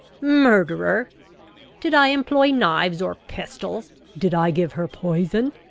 murderer did i employ knives or pistols? did i give her poison?